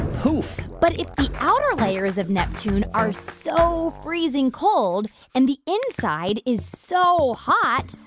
poof but if the outer layers of neptune are so freezing cold and the inside is so hot,